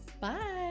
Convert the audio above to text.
bye